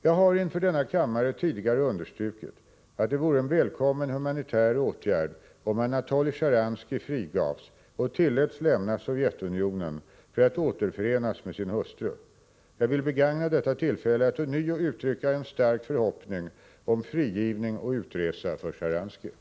Jag har inför denna kammare tidigare understrukit, att det vore en välkommen humanitär åtgärd om Anatolij Sjtjaranskij frigavs och tilläts lämna Sovjetunionen för att återförenas med sin hustru. Jag vill begagna detta tillfälle att ånyo uttrycka en stark förhoppning om frigivning och utresa för Sjtjaranskij.